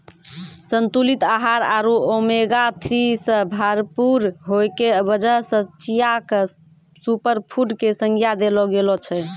संतुलित आहार आरो ओमेगा थ्री सॅ भरपूर होय के वजह सॅ चिया क सूपरफुड के संज्ञा देलो गेलो छै